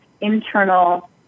internal